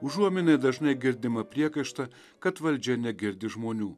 užuominai dažnai girdimą priekaištą kad valdžia negirdi žmonių